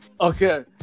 Okay